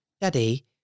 daddy